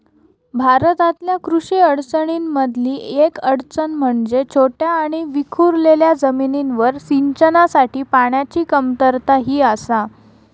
भारतातल्या कृषी अडचणीं मधली येक अडचण म्हणजे छोट्या आणि विखुरलेल्या जमिनींवर सिंचनासाठी पाण्याची कमतरता ही आसा